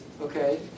Okay